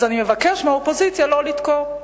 אז אני מבקש מהאופוזיציה לא לתקוף.